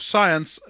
Science